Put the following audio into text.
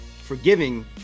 forgiving